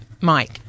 Mike